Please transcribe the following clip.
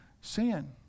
sin